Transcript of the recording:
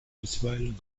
bisweilen